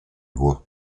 voit